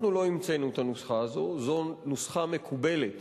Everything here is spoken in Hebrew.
אנחנו לא המצאנו את הנוסחה הזאת, זו נוסחה מקובלת